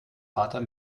vater